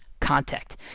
contact